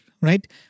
right